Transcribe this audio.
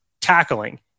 tackling